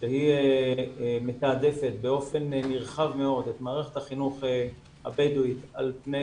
שהיא מתעדפת באופן נרחב מאוד את מערכת החינוך הבדואית על פני